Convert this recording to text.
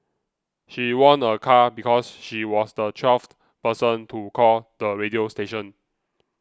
she won a car because she was the twelfth person to call the radio station